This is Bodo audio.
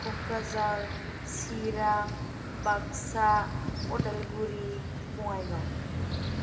क'क्राझार चिरां बागसा उदालगुरि बङाइगाव